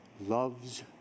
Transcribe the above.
Loves